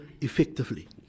effectively